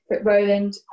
Roland